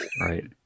Right